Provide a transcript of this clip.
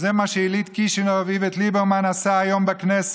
וזה מה שיליד קישינב איווט ליברמן עשה היום בכנסת.